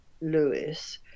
Lewis